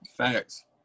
Facts